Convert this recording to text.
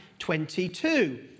22